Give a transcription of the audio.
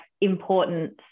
important